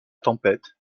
tempête